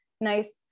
nice